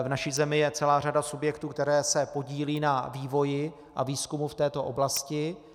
V naší zemi je celá řada subjektů, které se podílejí na vývoji a výzkumu v této oblasti.